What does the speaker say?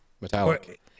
metallic